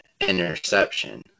interception